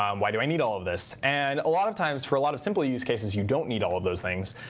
um why do i need all of this? and a lot of times, for a lot of simple use cases, you don't need all of those things.